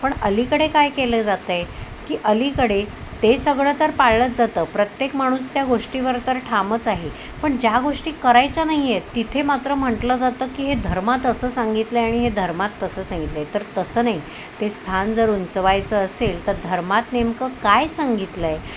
पण अलीकडे काय केलं जातंय की अलीकडे ते सगळं तर पाळत जातं प्रत्येक माणूस त्या गोष्टीवर तर ठामच आहे पण ज्या गोष्टी करायच्या नाहीये तिथे मात्र म्हंटलं जातं की हे धर्मात असं सांगितलंय आणि हे धर्मात तसं सांगितलंय तर तसं नाही ते स्थान जर उंचवायचं असेल तर धर्मात नेमकं काय सांगितलंय